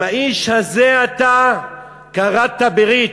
עם האיש הזה אתה כרתת ברית.